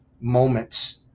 moments